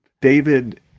David